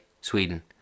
Sweden